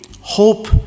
Hope